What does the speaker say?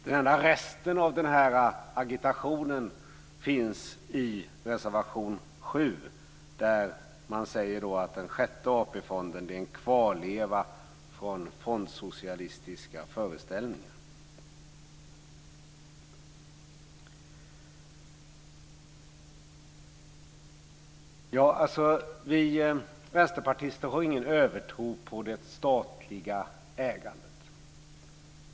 Den enda resten av agitationen finns i reservation 7. Där säger man att den sjätte AP-fonden är en kvarleva från fondsocialistiska föreställningar. Vi vänsterpartister har ingen övertro på det statliga ägandet.